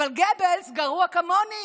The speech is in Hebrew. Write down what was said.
אבל גבלס גרוע כמוני,